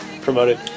promoted